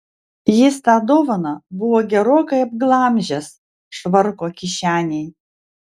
jis tą dovaną buvo gerokai apglamžęs švarko kišenėj